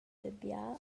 dabia